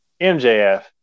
MJF